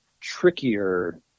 trickier